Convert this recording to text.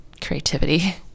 creativity